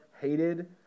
hated